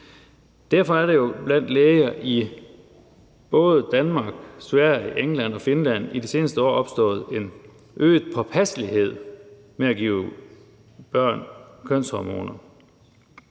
Derfor er der jo blandt læger i både Danmark, Sverige, England og Finland i de seneste år opstået en øget påpasselighed med at give børn kønshormoner.